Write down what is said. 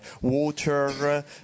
water